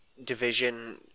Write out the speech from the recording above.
Division